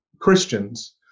Christians